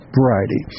variety